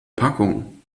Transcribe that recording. packung